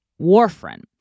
warfarin